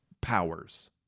powers